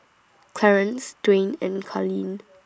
Clarnce Duwayne and Carlene